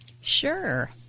Sure